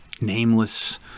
nameless